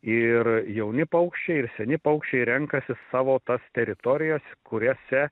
ir jauni paukščiai ir seni paukščiai renkasi savo tas teritorijas kuriose